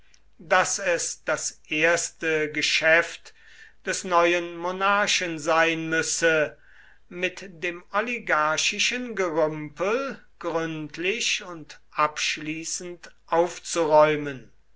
daß es das erste geschäft des neuen monarchen sein müsse mit dem oligarchischen gerümpel gründlich und abschließend aufzuräumen